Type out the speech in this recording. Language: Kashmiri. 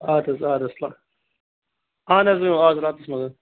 اَدٕ حظ اَدٕ حظ اَہَن حظ اَز راتَس منٛز